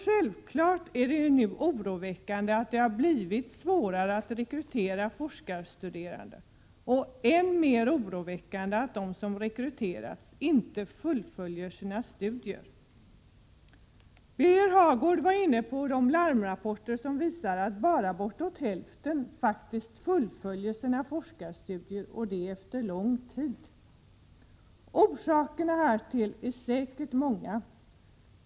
Självfallet är det nu oroväckande att det har blivit svårare att rekrytera forskarstuderande. Än mer oroväckande är det att de som har rekryterats inte fullföljer sina studier. Birger Hagård berörde de larmrapporter som visar att bara bortåt hälften av de studerande fullföljer sina forskarstudier, och det efter lång tid. Orsakerna härtill kan säkert vara många.